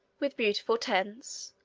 with beautiful tents,